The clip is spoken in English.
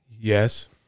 Yes